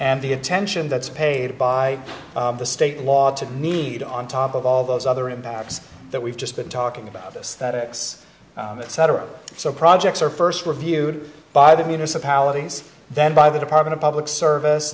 and the attention that's paid by the state law to need on top of all those other impacts that we've just been talking about this that it's cetera so projects are first reviewed by the municipalities then by the department of public service